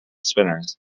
spinners